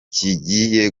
kigiye